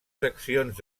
seccions